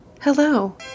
Hello